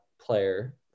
player